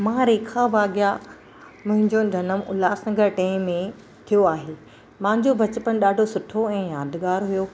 मां रेखा भाग्या मुंहिंजो जनम उल्हासनगर टे में थियो आहे मुंहिंजो बचपणु ॾाढो सुठो ऐं यादगारु हुयो